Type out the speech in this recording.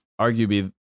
arguably